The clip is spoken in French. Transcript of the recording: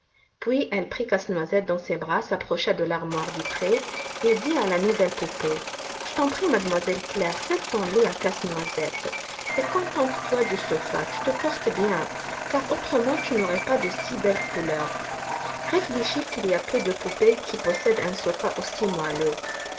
puis elle prit casse-noisette dans ses bras s'approcha de l'armoire vitrée et dit à la nouvelle poupée je t'en prie mademoiselle claire cède ton lit à casse-noisette et contente toi du sofa tu te portes bien car autrement tu n'aurais pas de si belles couleurs réfléchis qu'il y a peu de poupées qui possèdent un sofa aussi moelleux